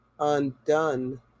Undone